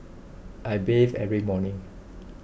I bathe every morning